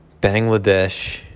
Bangladesh